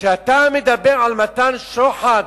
כשאתה מדבר על מתן שוחד,